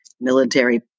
military